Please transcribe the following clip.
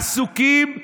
עסוקים בלהחריב,